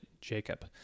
Jacob